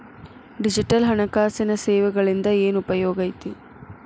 digital ಹಣಕಾಸಿನ ಸೇವೆಗಳಿಂದ ಏನ್ ಉಪಯೋಗೈತಿ